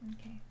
Okay